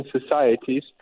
societies